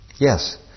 Yes